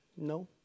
No